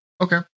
Okay